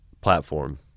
platform